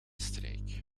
strijk